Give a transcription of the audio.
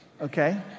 okay